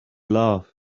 love